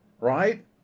right